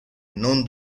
non